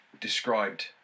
described